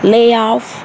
Layoff